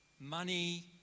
money